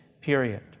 period